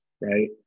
right